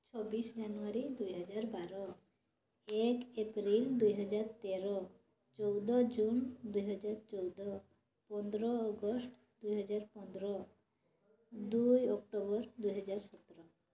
ଛବିଶ ଜାନୁଆରୀ ଦୁଇହଜାର ବାର ଏକ ଏପ୍ରିଲ ଦୁଇହଜାର ତେର ଚଉଦ ଜୁନ୍ ଦୁଇହଜାର ଚଉଦ ପନ୍ଦର ଅଗଷ୍ଟ ଦୁଇହଜାର ପନ୍ଦର ଦୁଇ ଅକ୍ଟୋବର ଦୁଇହଜାର ସତର